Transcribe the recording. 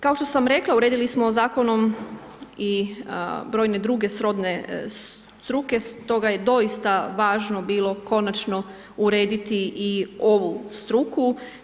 Kao što sam rekla, uredili smo Zakonom i brojne druge srodne struke, stoga je doista važno bilo konačno urediti i ovu struku.